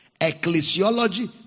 ecclesiology